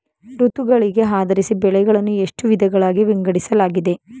ಋತುಗಳಿಗೆ ಆಧರಿಸಿ ಬೆಳೆಗಳನ್ನು ಎಷ್ಟು ವಿಧಗಳಾಗಿ ವಿಂಗಡಿಸಲಾಗಿದೆ?